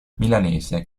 milanese